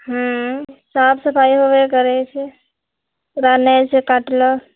हूँ साफ सफाइ होबे करै छै ओकरा नहि छै काटलो